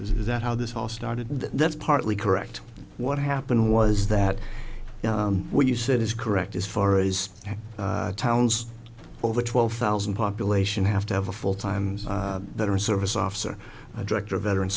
is that how this all started that's partly correct what happened was that what you said is correct as far as towns over twelve thousand population have to have a full time that are in service officer director veteran